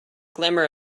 glimmer